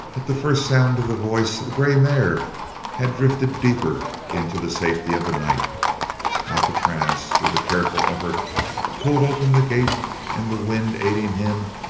at the first sound of the voice the grey mare had drifted deeper into the safety of the night alcatraz with a careful effort pulled open the gate and the wind, aiding him,